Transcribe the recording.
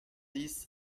dix